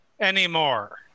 anymore